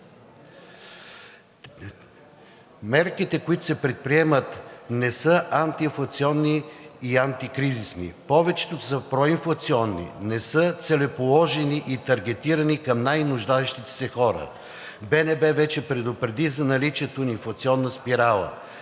Мерките, които се предприемат, не са антиинфлационни и антикризисни. Повечето са проинфлационни. Не са целеположени и таргетирани към най-нуждаещите се хора. БНБ вече предупреди за наличието на инфлационна спирала.